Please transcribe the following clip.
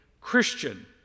Christian